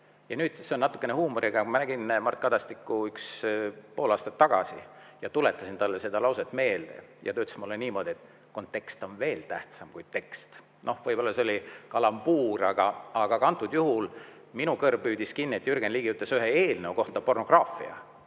ma ütlen seda natukene huumoriga. Ma nägin Mart Kadastikku üks pool aastat tagasi ja tuletasin talle seda lauset meelde ja ta ütles mulle seekord niimoodi, et kontekst on veel tähtsam kui tekst. Võib-olla see oli kalambuur, aga ka antud juhul minu kõrv püüdis kinni, et Jürgen Ligi ütles ühe eelnõu kohta pornograafia.